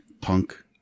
punk